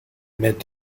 met